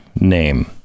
name